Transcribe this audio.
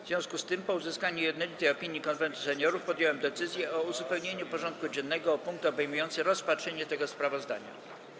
W związku z tym, po uzyskaniu jednolitej opinii Konwentu Seniorów, podjąłem decyzję o uzupełnieniu porządku dziennego o punkt obejmujący rozpatrzenie tego sprawozdania.